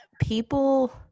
people